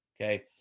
Okay